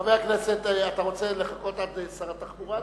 חבר הכנסת, אתה רוצה לחכות לשר התחבורה?